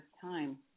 time